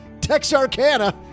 texarkana